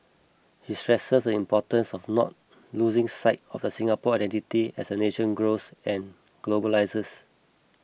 he stresses the importance of not losing sight of the Singapore identity as the nation grows and globalises